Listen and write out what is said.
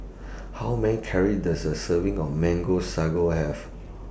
How Many calorie Does A Serving of Mango Sago Have